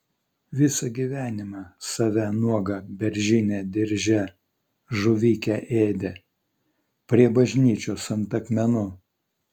visą gyvenimą save nuogą beržine dirže žuvikę ėdė prie bažnyčios ant akmenų